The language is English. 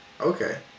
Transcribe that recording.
Okay